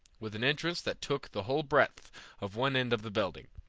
with an entrance that took the whole breadth of one end of the building.